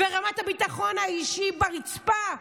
ורמת הביטחון האישי ברצפה.